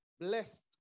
blessed